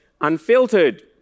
unfiltered